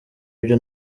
ibyo